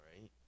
right